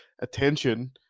attention